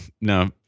No